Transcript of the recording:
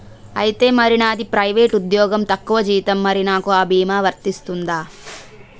ఐతే మరి నాది ప్రైవేట్ ఉద్యోగం తక్కువ జీతం మరి నాకు అ భీమా వర్తిస్తుందా?